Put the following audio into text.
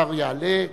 השר יעלה,